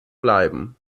bleiben